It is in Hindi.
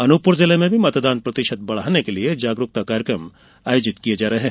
अनूपपुर जिले में भी मतदान प्रतिशत बढ़ाने के लिये जागरूकता कार्यक्रम आयोजित किये जा रहे है